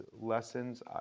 lessons